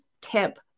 tip